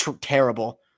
Terrible